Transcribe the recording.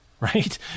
right